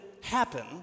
happen